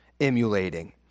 emulating